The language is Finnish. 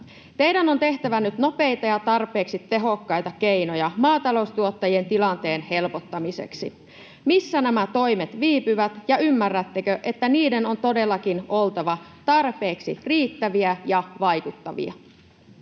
teidän on tehtävä nyt nopeita ja tarpeeksi tehokkaita toimia maataloustuottajien tilanteen helpottamiseksi. Missä nämä toimet viipyvät? Ja ymmärrättekö, että niiden on todellakin oltava tarpeeksi riittäviä ja vaikuttavia?